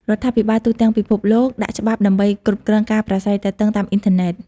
រដ្ឋាភិបាលទូទាំងពិភពលោកដាក់ច្បាប់ដើម្បីគ្រប់គ្រងការប្រាស្រ័យទាក់ទងតាមអ៊ីនធឺណិត។